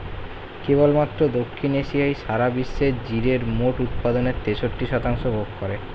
কেবলমাত্র দক্ষিণ এশিয়াই সারা বিশ্বের জিরের মোট উৎপাদনের তেষট্টি শতাংশ ভোগ করে